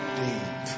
deep